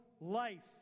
life